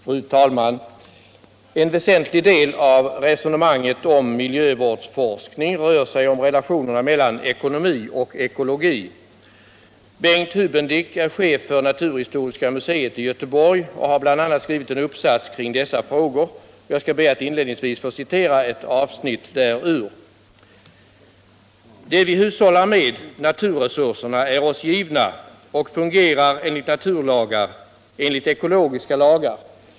Fru talman! En väsentlig del av resonemanget om miljövårdsforskning rör sig om relationerna mellan ekonomi och ekologi. Bengt Hubendick är chef för naturhistoriska museet i Göteborg och har bl.a. skrivit en uppsats kring dessa frågor. Jag skall be att inledningsvis få citera ett avsnitt därur: ”Det vi hushållar med, naturresurserna, är oss givna och fungerar enligt naturlagar, enligt ekologiska lagar.